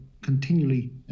continually